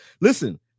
listen